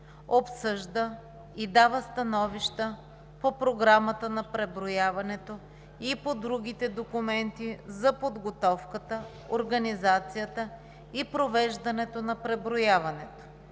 обсъжда и дава становища по програмата на преброяването и по другите документи за подготовката, организацията и провеждането на преброяването;